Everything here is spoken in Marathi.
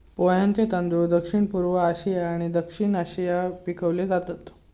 पोह्यांचे तांदूळ दक्षिणपूर्व आशिया आणि दक्षिण आशियात पिकवले जातत